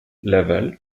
laval